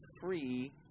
free